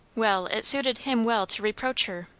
well, it suited him well to reproach her!